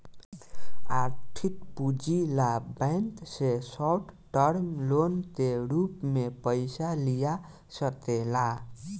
आर्थिक पूंजी ला बैंक से शॉर्ट टर्म लोन के रूप में पयिसा लिया सकेला